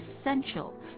essential